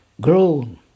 grown